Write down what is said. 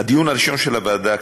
הדיון הראשון של הוועדה,